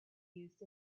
used